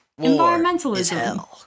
environmentalism